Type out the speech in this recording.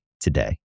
today